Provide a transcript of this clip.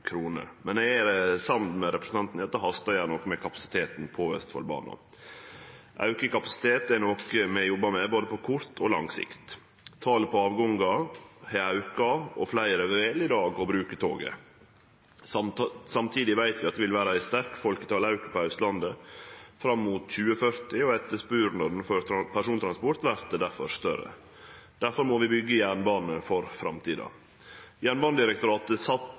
men eg er samd med representanten i at det hastar å gjere noko med kapasiteten på Østfoldbanen. Auka kapasitet er noko vi jobbar med både på kort og på lang sikt. Talet på avgangar har auka, og fleire vel i dag å bruke toget. Samtidig veit vi at det vil vere ein sterk auke i folketalet på Austlandet fram mot 2040, og etterspurnaden etter persontransport vert difor større. Difor må vi byggje jernbane for framtida. Jernbanedirektoratet